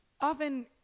often